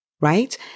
right